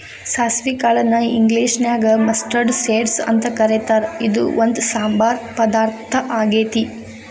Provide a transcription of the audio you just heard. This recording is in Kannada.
ಸಾಸವಿ ಕಾಳನ್ನ ಇಂಗ್ಲೇಷನ್ಯಾಗ ಮಸ್ಟರ್ಡ್ ಸೇಡ್ಸ್ ಅಂತ ಕರೇತಾರ, ಇದು ಒಂದ್ ಸಾಂಬಾರ್ ಪದಾರ್ಥ ಆಗೇತಿ